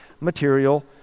material